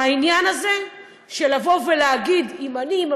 העניין הזה של לבוא ולהגיד: אם אני יושב